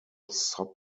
sub